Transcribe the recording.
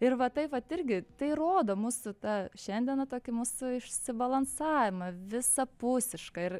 ir va taip vat irgi tai rodo mūsų ta šiandiena tokį mūsų išsi balansavimą visapusišką ir